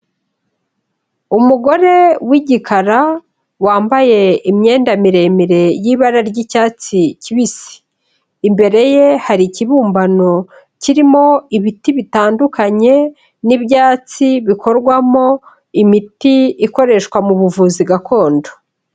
Umugore w'igikara wambaye imyenda miremire y'ibara ry'icyatsi kibisi, imbere ye hari ikibumbano kirimo ibiti bitandukanye n'ibyatsi bikorwamo imiti ikoreshwa mu buvuzi gakondo.